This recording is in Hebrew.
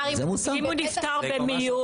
אם הוא נפטר במיון